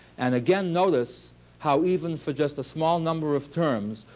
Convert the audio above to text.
and again, notice how even for just a small number of terms,